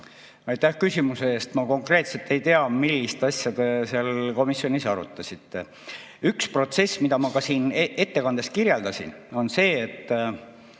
Aitäh küsimuse eest! Ma konkreetselt ei tea, millist asja te seal komisjonis arutasite. Üks protsess, mida ma ka siin ettekandes kirjeldasin, on see, et